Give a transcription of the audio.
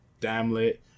damlet